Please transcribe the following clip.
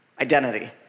Identity